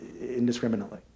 indiscriminately